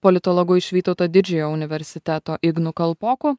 politologu iš vytauto didžiojo universiteto ignu kalpoku